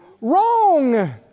wrong